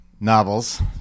novels